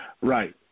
Right